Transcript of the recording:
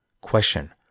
Question